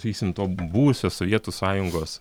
sakysim to buvusio sovietų sąjungos